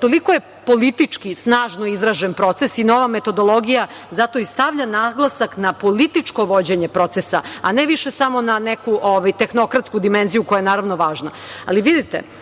Toliko je politički snažno izražen proces i nova metodologija zato i stavlja naglasak na političko vođenje procesa, a ne više samo na neku tehnokratsku dimenziju koja je važna. Albanija,